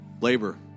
Labor